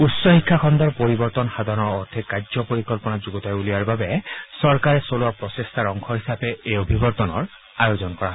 উচ্চ শিক্ষা খণ্ডৰ পৰিৱৰ্তনৰ সাধনৰ অৰ্থে কাৰ্য পৰিকল্পনা যুগুতাই উলিওৱাৰ বাবে চৰকাৰে চলোৱা প্ৰচেষ্টাৰ অংশ হিচাপে এই অভিৱৰ্তনৰ আয়োজন কৰা হৈছে